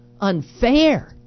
unfair